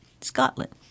Scotland